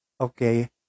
okay